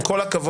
עם כל הכבוד,